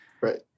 Right